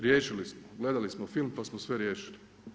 Riješili smo, gledali smo film pa smo sve riješili.